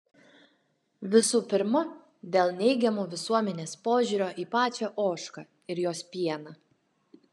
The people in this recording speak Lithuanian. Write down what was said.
visų pirma dėl neigiamo visuomenės požiūrio į pačią ožką ir jos pieną